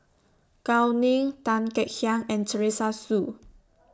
Gao Ning Tan Kek Hiang and Teresa Hsu